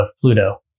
Pluto